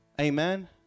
Amen